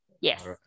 Yes